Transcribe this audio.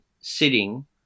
sitting